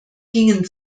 gingen